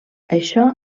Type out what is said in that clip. això